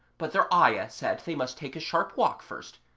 but their ayah said they must take a sharp walk first,